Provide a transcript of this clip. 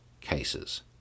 cases